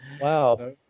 Wow